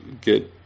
get